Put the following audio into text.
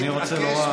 אני רוצה לומר,